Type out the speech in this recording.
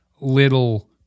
little